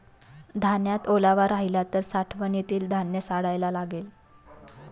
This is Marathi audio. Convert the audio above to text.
धान्यात ओलावा राहिला तर साठवणीत धान्य सडायला लागेल